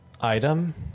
item